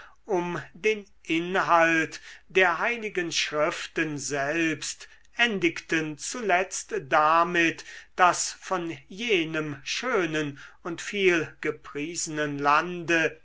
um den inhalt der heiligen schriften selbst endigten zuletzt damit daß von jenem schönen und viel gepriesenen lande